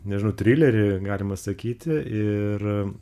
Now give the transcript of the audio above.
nežinau trilerį galima sakyti ir